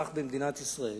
במדינת ישראל